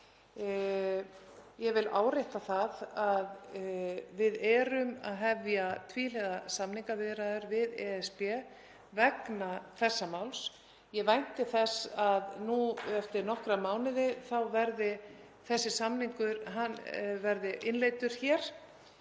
Ég vil árétta það að við erum að hefja tvíhliða samningaviðræður við ESB vegna þessa máls. Ég vænti þess að eftir nokkra mánuði verði þessi samningur innleiddur hér.